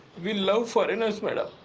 we love foreigners, madam.